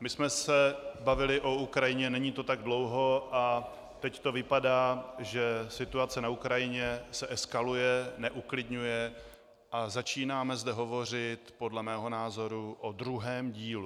my jsme se bavili o Ukrajině, není to tak dlouho, a teď to vypadá, že situace na Ukrajině se eskaluje, neuklidňuje, a začínáme zde hovořit podle mého názoru o druhém dílu.